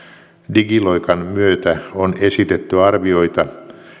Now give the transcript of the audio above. digiloikan myötä on esitetty arvioita